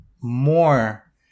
more